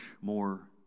more